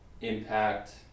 impact